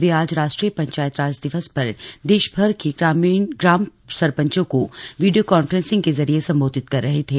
वे आज राष्ट्रीय पंचायत राज दिवस पर देशभर की ग्राम सरपंचों को वीडियो कान्फ्रेसिंग के जरिए सम्बोधित कर रहे थे